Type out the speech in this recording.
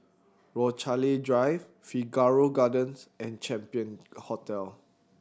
Rochalie Drive Figaro Gardens and Champion Hotel